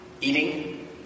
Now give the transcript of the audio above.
eating